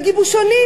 וגיבושונים.